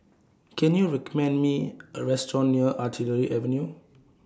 Can YOU recommend Me A Restaurant near Artillery Avenue